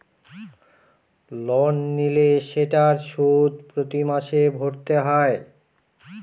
loan নিলে সেটার সুদ প্রতি মাসে ভরতে হয়